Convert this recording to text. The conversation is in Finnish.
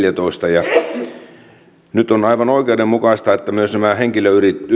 ja nyt on aivan oikeudenmukaista että myös nämä henkilöyritykset